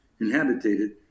inhabited